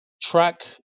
track